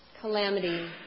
calamity